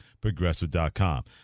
Progressive.com